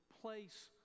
place